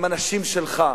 הם אנשים שלך,